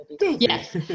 Yes